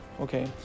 okay